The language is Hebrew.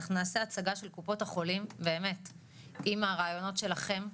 אנחנו נעשה הצגה של קופות החולים עם הרעיונות שלכם.